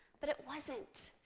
but it wasn't.